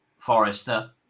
Forrester